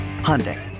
Hyundai